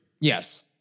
yes